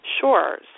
Sure